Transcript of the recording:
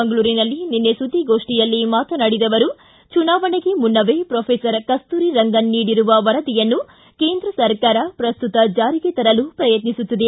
ಮಂಗಳೂರಿನಲ್ಲಿ ನಿನ್ನೆ ಸುದ್ದಿಗೋಷ್ಠಿಯಲ್ಲಿ ಮಾತನಾಡಿದ ಅವರು ಚುನಾವಣೆಗೆ ಮುನ್ನವೇ ಪ್ರೊಫೆಸರ್ ಕಸ್ತೂರಿ ರಂಗನ್ ಅವರು ನೀಡಿರುವ ವರದಿಯನ್ನು ಕೇಂದ್ರ ಸರಕಾರ ಪ್ರಸ್ತುತ ಜಾರಿಗೆ ತರಲು ಪ್ರಯತ್ನಿಸುತ್ತಿದೆ